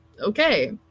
okay